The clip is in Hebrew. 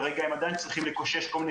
כרגע הם עדיין צריכים לקושש כל מיני